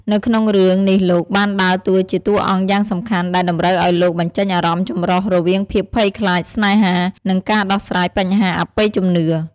នៅក្នុងរឿង នេះលោកបានដើរតួជាតួអង្គយ៉ាងសំខាន់ ដែលតម្រូវឱ្យលោកបញ្ចេញអារម្មណ៍ចម្រុះ រវាងភាពភ័យខ្លាច ស្នេហា និងការដោះស្រាយបញ្ហាអបិយជំនឿ។